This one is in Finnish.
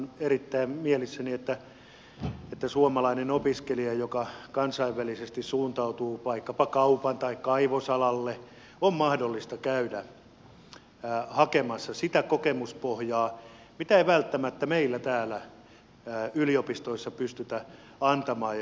minä olen erittäin mielissäni että suomalaisen opiskelijan joka kansainvälisesti suuntautuu vaikkapa kaupan alalle tai kaivosalalle on mahdollista käydä hakemassa sitä kokemuspohjaa mitä ei välttämättä täällä meillä yliopistoissa pystytä antamaan